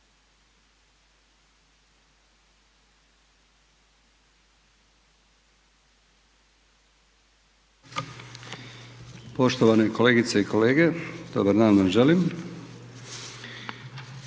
Poštovane kolegice i kolege, dobar dan vam želim.